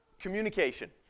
communication